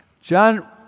John